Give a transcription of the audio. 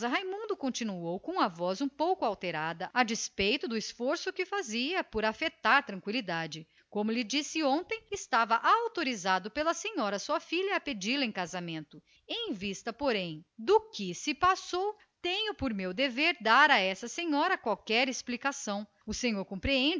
raimundo continuou com a voz um pouco alterada a despeito do esforço que fazia por afetar tranqüilidade como lhe disse ontem estava autorizado pela senhora sua filha a pedi-la em casamento em vista porém do que me expôs o senhor a meu respeito cumpre me dar à sr a ana rosa qualquer explicação compreende